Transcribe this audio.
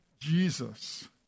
Jesus